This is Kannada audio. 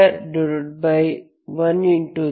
3 x31